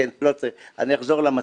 כן, לא צריך, אני אחזור למצגת.